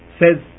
says